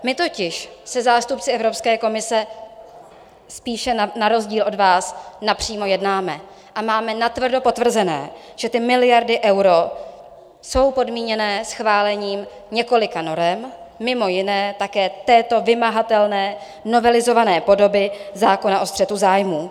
My totiž se zástupci Evropské komise spíše na rozdíl od vás napřímo jednáme a máme natvrdo potvrzené, že ty miliardy eur jsou podmíněné schválením několika norem, mimo jiné také této vymahatelné novelizované podoby zákona o střetu zájmů.